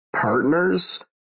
partners